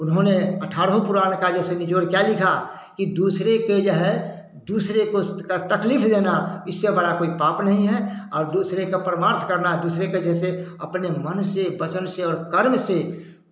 उन्होंने अठारहों पुराण का जैसे निचोड़ क्या लिखा कि दूसरे के जो है दूसरे को तकलीफ़ देना इससे बड़ा कोई पाप नहीं है और दूसरे के परमार्थ करना दूसरे के जैसे अपने मन से वचन से और कर्म से